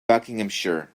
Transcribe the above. buckinghamshire